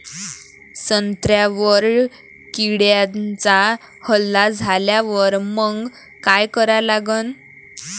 संत्र्यावर किड्यांचा हल्ला झाल्यावर मंग काय करा लागन?